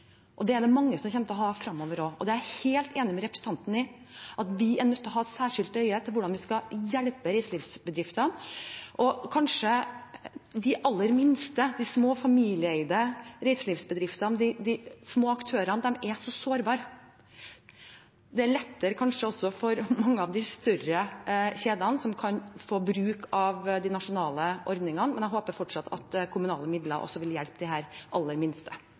Og slik er det mange som kommer til å ha det fremover. Jeg er helt enig med representanten i at vi er nødt til særskilt å rette et blikk mot hvordan vi skal hjelpe reiselivsbedriftene. De aller minste, de små, familieeide reiselivsbedriftene – de små aktørene – er så sårbare. Det er kanskje lettere for de større kjedene, som kan få bruke av de nasjonale ordningene. Men jeg håper fortsatt at kommunale midler vil hjelpe de aller minste.